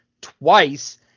twice